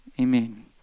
Amen